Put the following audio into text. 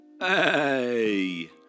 Hey